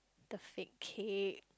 the fake cake